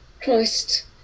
Christ